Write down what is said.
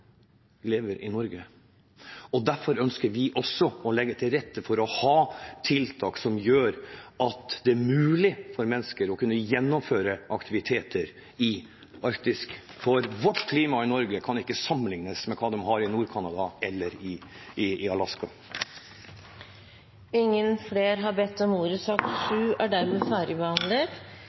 lever i Arktis, lever i Norge. Derfor ønsker vi å legge til rette for tiltak som gjør det mulig for mennesker å gjennomføre aktiviteter i Arktis, for klimaet i Norge kan ikke sammenlignes med hva de har i Nord-Canada eller i Alaska. Flere har ikke bedt om ordet til sak nr. 7. Vi stortingsrepresentanter kan diskutere mangt og være uenige om mye, men det er